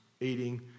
eating